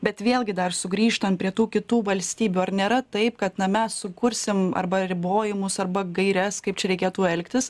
bet vėlgi dar sugrįžtant prie tų kitų valstybių ar nėra taip kad na mes sukursim arba ribojimus arba gaires kaip čia reikėtų elgtis